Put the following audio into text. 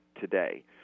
today